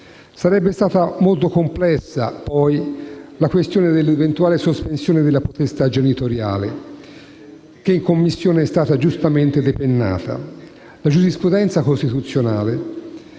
Sarebbe stata poi molto complessa la questione dell'eventuale sospensione della potestà genitoriale, che in Commissione è stato proposto giustamente di depennare. La giurisprudenza costituzionale